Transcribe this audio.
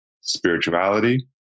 spirituality